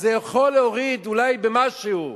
אז זה יכול להוריד אולי משהו,